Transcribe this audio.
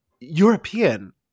European